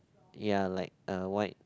ya like a white